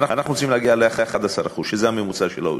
ואנחנו רוצים להגיע ל-11%, שזה הממוצע של ה-OECD.